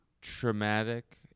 traumatic